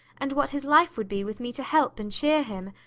and what his life would be with me to help and cheer him.